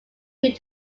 due